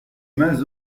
mains